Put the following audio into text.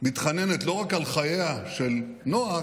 מתחננת לא רק על חייה של נועה,